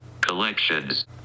Collections